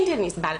בלתי נסבל.